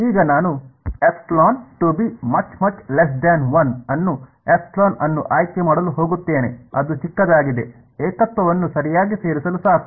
ಈಗ ನಾನು ε1 ಅನ್ನು ε ಅನ್ನು ಆಯ್ಕೆ ಮಾಡಲು ಹೋಗುತ್ತೇನೆ ಅದು ಚಿಕ್ಕದಾಗಿದೆ ಏಕತ್ವವನ್ನು ಸರಿಯಾಗಿ ಸೇರಿಸಲು ಸಾಕು